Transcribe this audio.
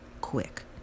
quick